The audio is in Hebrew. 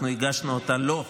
אנחנו הגשנו אותה לו.